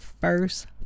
first